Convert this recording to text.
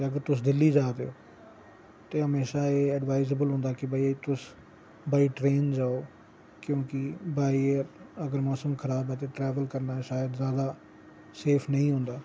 ते अगर तुस दिल्ली जा दे हो ते हमेशा ऐ ऐड़वाईज़बल होंदा कि बाय ट्रेन जाओ क्यूंकि बाय एयर अगर मौसम खराब ऐ ते ट्रैवल करना शायद सेफ नेईं होंदा